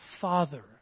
Father